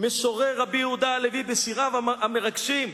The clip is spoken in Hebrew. משורר רבי יהודה הלוי בשיריו המרגשים,